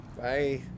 Bye